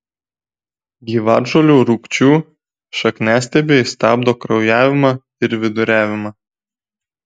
gyvatžolių rūgčių šakniastiebiai stabdo kraujavimą ir viduriavimą